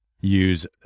use